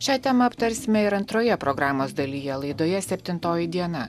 šią temą aptarsime ir antroje programos dalyje laidoje septintoji diena